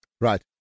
Right